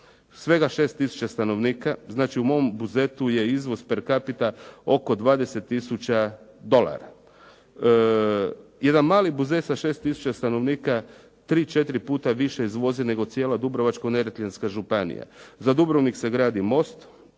svega 6 tisuća stanovnika. Znači, u mom Buzetu je izvoz per capita oko 20 tisuća dolara. Jedan mali Buzet sa 6 tisuća stanovnika 3, 4 puta više izvozi nego cijela Dubrovačko-neretvanska županija. Za Dubrovnik se gradi most,